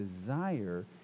desire